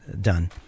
done